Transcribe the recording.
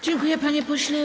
Dziękuję, panie pośle.